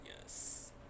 Yes